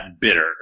bitter